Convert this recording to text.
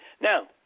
Now